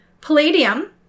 Palladium